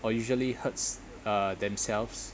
or usually hurts uh themselves